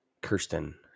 Kirsten